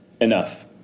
Enough